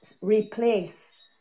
Replace